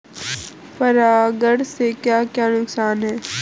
परागण से क्या क्या नुकसान हैं?